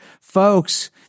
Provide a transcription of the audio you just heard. folks